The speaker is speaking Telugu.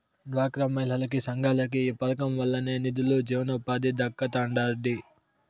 డ్వాక్రా మహిళలకి, సంఘాలకి ఈ పదకం వల్లనే నిదులు, జీవనోపాధి దక్కతండాడి